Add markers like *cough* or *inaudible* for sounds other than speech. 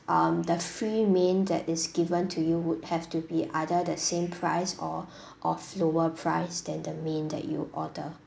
um the free main that is given to you would have to be either the same price or *breath* of lower price than the main that you order